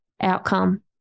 outcome